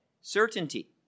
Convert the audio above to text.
Certainty